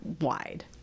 wide